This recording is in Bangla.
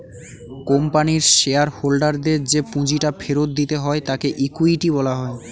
কোম্পানির শেয়ার হোল্ডারদের যে পুঁজিটা ফেরত দিতে হয় তাকে ইকুইটি বলা হয়